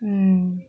mm